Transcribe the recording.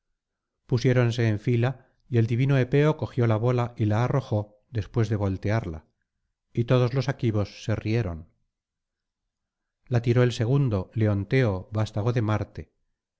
pusiéronse en fila y el divino epeo cogió la bola y la arrojó después de voltearla y todos los aquivos se rieron la tiró el segundo leonteo vastago de marte